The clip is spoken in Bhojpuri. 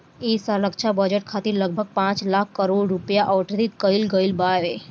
ऐ साल रक्षा बजट खातिर लगभग पाँच लाख करोड़ रुपिया आवंटित कईल गईल बावे